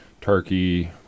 turkey